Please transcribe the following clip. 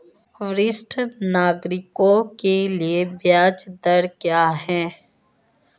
वरिष्ठ नागरिकों के लिए ब्याज दर क्या हैं?